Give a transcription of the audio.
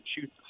shoot